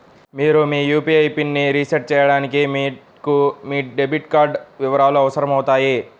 మీరు మీ యూ.పీ.ఐ పిన్ని రీసెట్ చేయడానికి మీకు డెబిట్ కార్డ్ వివరాలు అవసరమవుతాయి